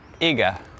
Iga